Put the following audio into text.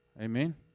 Amen